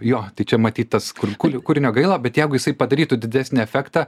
jo tai čia matyt tas kur guli kūrinio gaila bet jeigu jisai padarytų didesnį efektą